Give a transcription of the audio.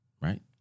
right